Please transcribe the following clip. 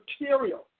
material